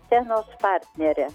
scenos partnerį